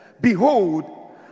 Behold